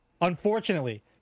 Unfortunately